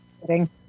kidding